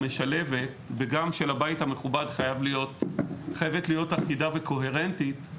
המשלבת וגם של הבית המכובד חייבת להיות אחידה וקוהרנטית,